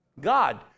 God